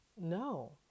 No